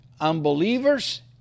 unbelievers